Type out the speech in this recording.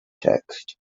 text